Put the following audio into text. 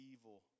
evil